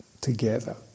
together